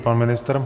Pan ministr?